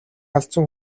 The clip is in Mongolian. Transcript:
алдсан